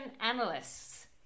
analysts